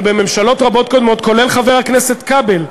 אבל בממשלות רבות קודמות, כולל חבר הכנסת כבל,